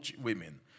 women